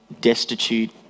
destitute